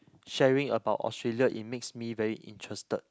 sharing about Australia it makes me very interested